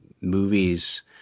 movies